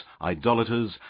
idolaters